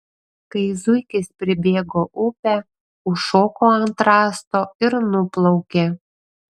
kai zuikis pribėgo upę užšoko ant rąsto ir nuplaukė